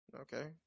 Okay